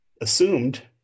assumed